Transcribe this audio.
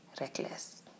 reckless